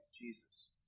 jesus